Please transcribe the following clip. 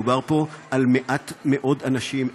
מדובר פה על מעט מאוד אנשים,